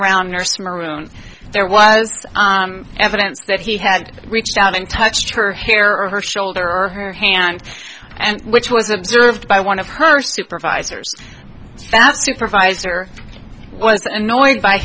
around or some room and there was evidence that he had reached out and touched her hair or her shoulder or her hand and which was observed by one of her supervisors supervisor was annoyed by